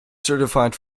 certified